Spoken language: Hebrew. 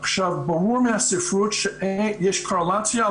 ברור מהספרות שיש קורלציה,